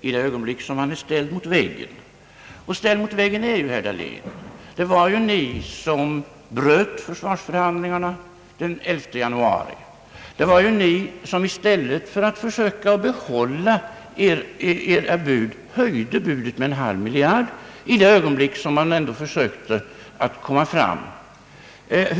i det ögonblick som han är ställd mot väggen säga att det är omöjligt att diskutera med mig. Och ställd mot väggen är ju herr Dahlén. Det var ju ni som bröt försvarsförhandlingarna den 11 januari. Det var ju ni som i stället för att försöka behålla era bud höjde med en halv miljard kronor i det ögonblick, som man ändå försökte komma fram till resultat.